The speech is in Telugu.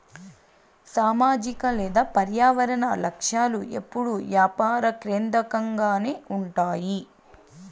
సామాజిక లేదా పర్యావరన లక్ష్యాలు ఎప్పుడూ యాపార కేంద్రకంగానే ఉంటాయి